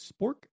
Spork